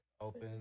open